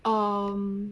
um